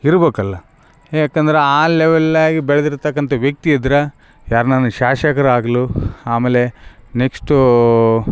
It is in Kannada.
ಇರ್ಬೋಕಲ್ಲ ಯಾಕಂದ್ರೆ ಆ ಲೆವೆಲ್ಲಾಗಿ ಬೆಳೆದಿರ್ತಕಂಥ ವ್ಯಕ್ತಿ ಇದ್ರೆ ಯಾರ್ನಾನ ಶಾಸಕರಾಗ್ಲು ಆಮೇಲೆ ನೆಕ್ಸ್ಟು